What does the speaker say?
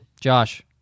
Josh